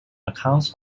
accounts